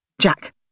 Jack